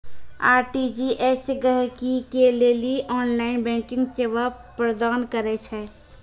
RTGS गहकि के लेली ऑनलाइन बैंकिंग सेवा प्रदान करै छै